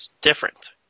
different